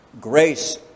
grace